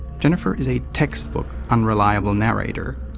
jennifer is a textbook unreliable narrator.